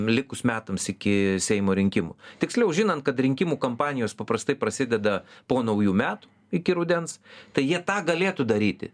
likus metams iki seimo rinkimų tiksliau žinant kad rinkimų kampanijos paprastai prasideda po naujų metų iki rudens tai jie tą galėtų daryti